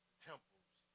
temples